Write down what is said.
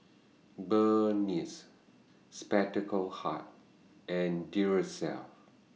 Burnie Spectacle Hut and Duracell